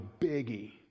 biggie